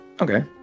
Okay